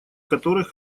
которых